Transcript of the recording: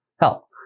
help